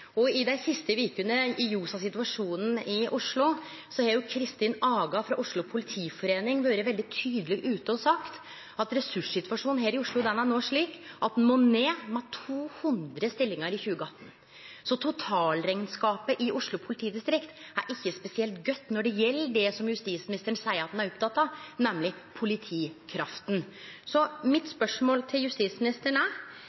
I dei siste vekene, i ljos av situasjonen i Oslo, har Kristin Aga frå Oslo politiforening sagt veldig tydeleg at ressurssituasjonen her i Oslo er slik at ein må ned med 200 stillingar i 2018. Så totalrekneskapen i Oslo politidistrikt er ikkje spesielt godtnår det gjeld det som justisministeren seier at han er oppteken av, nemleg politikrafta. Så mitt spørsmål til justisministeren er: